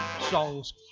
songs